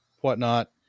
whatnot